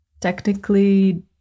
technically